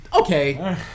okay